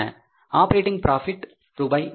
operating profit ரூபாய் 45000